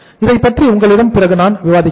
இதைப் பற்றி உங்களிடம் பிறகு நான் விவாதித்தேன்